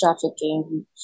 trafficking